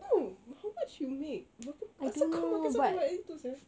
no how much you make berapa apasal kau makan sampai gitu [sial]